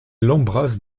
l’embrasse